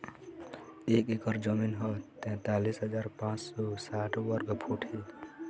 एक एकर जमीन ह तैंतालिस हजार पांच सौ साठ वर्ग फुट हे